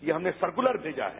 यह हमने सर्कुलर भेजा है